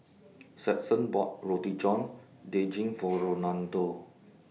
Stetson bought Roti John Daging For Rolando